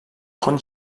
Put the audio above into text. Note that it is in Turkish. ton